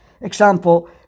Example